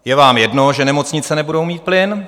Je vám jedno, že nemocnice nebudou mít plyn.